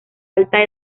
alta